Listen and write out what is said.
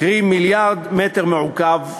קרי, מיליארד מטר מעוקב,